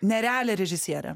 nerealią režisierė